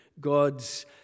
God's